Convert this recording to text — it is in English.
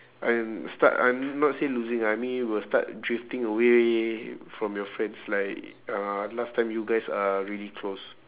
and start I'm not say losing I mean will start drifting away from your friends like uh last time you guys are really close